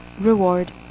reward